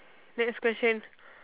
next question